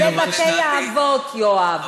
בבתי-האבות, יואב?